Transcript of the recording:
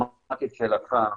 שמעתי את שאלתך,